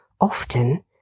Often